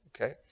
okay